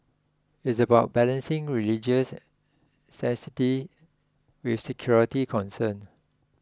it's about balancing religious sanctity with security concerns